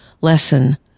lesson